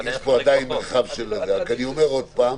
אבל יש פה עדיין מרחב אני אומר עוד פעם,